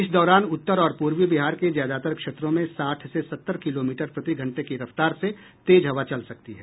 इस दौरान उत्तर और पूर्वी बिहार के ज्यादातर क्षेत्रों में साठ से सत्तर किलोमीटर प्रतिघंटे की रफ्तार से तेज हवा चल सकती है